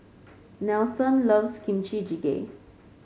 Nelson loves Kimchi Jjigae